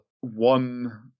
one